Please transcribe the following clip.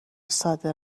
ساده